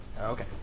Okay